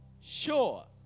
sure